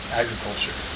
agriculture